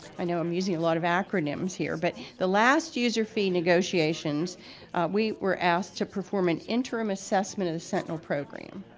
i know i'm using a lot of acronyms here but the last user fee negotiations we were asked to perform an interim assessment of sentinel program.